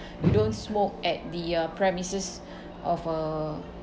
you don't smoke at the uh premises of a